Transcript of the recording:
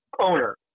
owner